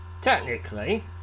Technically